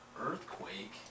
Earthquake